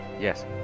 Yes